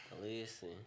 Listen